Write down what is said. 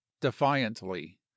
defiantly